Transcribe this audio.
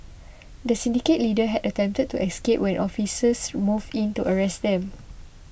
the syndicate leader had attempted to escape when officers moved in to arrest them